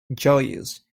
joyous